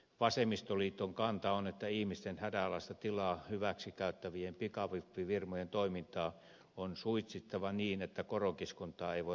vasemmistoliiton kanta on että ihmisten hädänalaista tilaa hyväksikäyttävien pikavippifirmojen toimintaa on suitsittava niin että koronkiskontaa ei voida harjoittaa